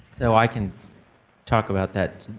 so i can talk about that.